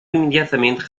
imediatamente